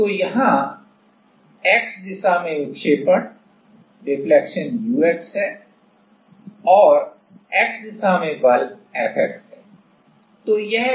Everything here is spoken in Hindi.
तो यहाँ x दिशा में विक्षेपण ux है और x में बल Fx है